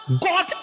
God